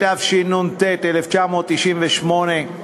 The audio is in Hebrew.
התשנ"ט 1998,